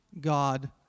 God